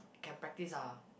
can practice ah